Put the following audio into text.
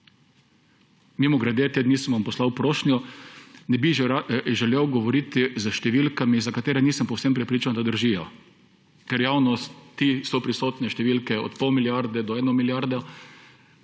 Mimogrede, te dni sem vam poslal prošnjo, ne bi želel govoriti s številkami, o katerih nisem povsem prepričan, da držijo. Ker v javnosti so prisotne številke od pol milijarde do 1 milijarde